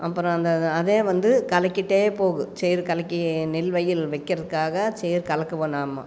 அப்புறம் அந்த அதே வந்து கலக்கிட்டே போகும் சேறு கலக்கி நெல் வயல் வைக்கிறக்காக சேறு கலக்குவோம் நாம்